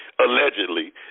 allegedly